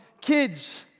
Kids